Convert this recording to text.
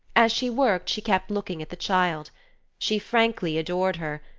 as she worked she kept looking at the child she frankly adored her,